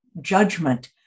judgment